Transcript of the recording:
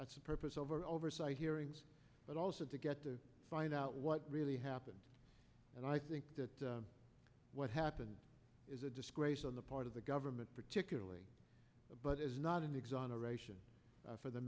that's the purpose of our oversight hearings but also to get to find out what really happened and i think that what happened is a disgrace on the part of the government particularly but it is not an exoneration for the